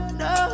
no